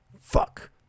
Fuck